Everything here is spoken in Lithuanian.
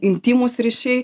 intymūs ryšiai